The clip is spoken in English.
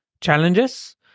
challenges